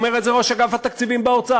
אומר את זה ראש אגף התקציבים באוצר.